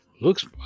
looks